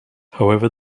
however